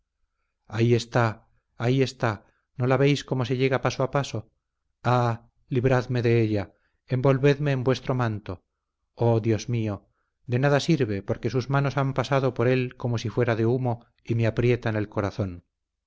ahí está ahí está no la veis cómo se llega paso a paso ah libradme de ella envolvedme en vuestro manto oh dios mío de nada sirve porque sus manos han pasado por él como si fuera de humo y me aprietan el corazón